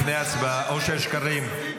לפני ההצבעה, אושר שקלים,